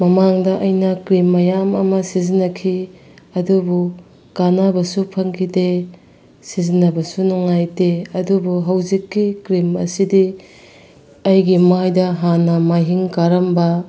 ꯃꯃꯥꯡꯗ ꯑꯩꯅ ꯀ꯭ꯔꯤꯝ ꯃꯌꯥꯝ ꯑꯃ ꯁꯤꯖꯤꯟꯅꯈꯤ ꯑꯗꯨꯕꯨ ꯀꯥꯟꯅꯕꯁꯨ ꯐꯪꯈꯤꯗꯦ ꯁꯤꯖꯤꯟꯅꯕꯁꯨ ꯅꯨꯡꯉꯥꯏꯇꯦ ꯑꯗꯨꯕꯨ ꯍꯧꯖꯤꯛꯀꯤ ꯀ꯭ꯔꯤꯝ ꯑꯁꯤꯗꯤ ꯑꯩꯒꯤ ꯃꯥꯏꯗ ꯍꯥꯟꯅ ꯃꯥꯏꯍꯤꯡ ꯀꯥꯔꯝꯕ